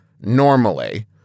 normally